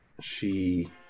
she-